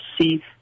see